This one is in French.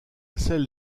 celle